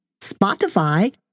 Spotify